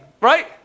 right